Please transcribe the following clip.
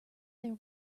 their